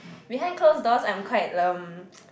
behind closed doors I'm quite um